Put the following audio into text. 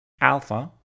alpha